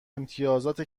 امتیازات